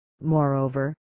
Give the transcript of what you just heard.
Moreover